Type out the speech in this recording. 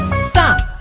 stop!